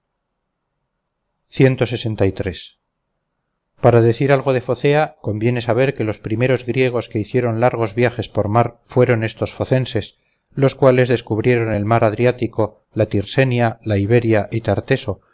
para decir algo de focea conviene saber que los primeros griegos que hicieron largos viajes por mar fueron estos focenses los cuales descubrieron el mar adriático la tirsenia la iberia y